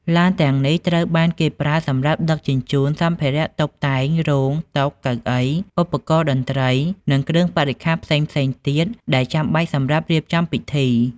ឡានទាំងនេះត្រូវបានគេប្រើសម្រាប់ដឹកជញ្ជូន សម្ភារៈតុបតែង រោង តុ កៅអី ឧបករណ៍តន្រ្តី និងគ្រឿងបរិក្ខារផ្សេងៗទៀតដែលចាំបាច់សម្រាប់រៀបចំពិធី។